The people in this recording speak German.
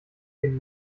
den